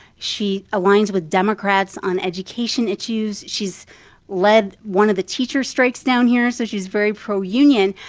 she aligns with democrats on education issues. she's led one of the teacher strikes down here, so she's very pro-union.